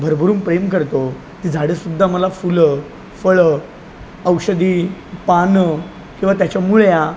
भरभरून प्रेम करतो ती झाडे सुद्धा मला फुलं फळं औषधी पानं किंवा त्याच्या मुळ्या